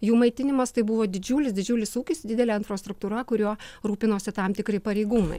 jų maitinimas tai buvo didžiulis didžiulis ūkis didelė infrastruktūra kuriuo rūpinosi tam tikri pareigūnai